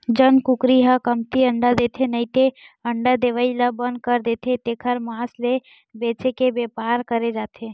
जउन कुकरी ह कमती अंडा देथे नइते अंडा देवई ल बंद कर देथे तेखर मांस ल बेचे के बेपार करे जाथे